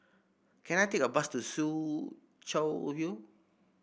can I take a bus to Soo Chow View